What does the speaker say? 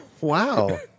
Wow